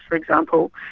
for example,